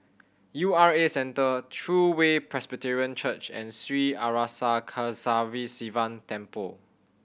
U R A Centre True Way Presbyterian Church and Sri Arasakesari Sivan Temple